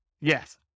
Yes